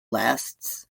lists